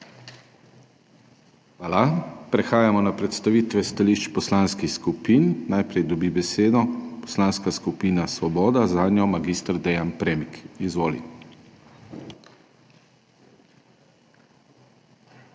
Hvala. Prehajamo na predstavitve stališč poslanskih skupin. Najprej dobi besedo Poslanska skupina Svoboda, zanjo mag. Dean Premik. Izvoli.